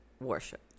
worship